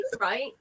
right